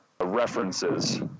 references